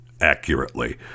accurately